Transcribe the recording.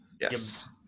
Yes